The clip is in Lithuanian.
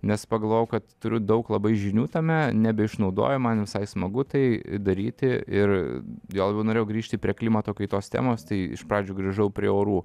nes pagalvojau kad turiu daug labai žinių tame nebeišnaudoju man visai smagu tai daryti ir juo labiau norėjau grįžti prie klimato kaitos temos tai iš pradžių grįžau prie orų